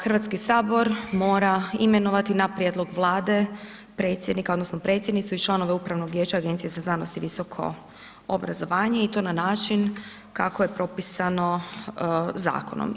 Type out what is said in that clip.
Hrvatski sabor mora imenovati na prijedlog Vlade predsjednika, odnosno predsjednicu i članove Upravnog vijeća Agencije za znanost i visoko obrazovanje i to na način kako je propisano zakonom.